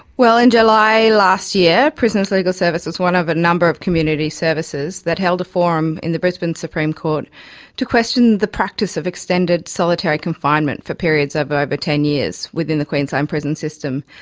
well, in july last year prisoners' legal service was one of a number of community services that held a forum in the brisbane supreme court to question the practice of extended solitary confinement for periods of over ten years within the queensland prison system,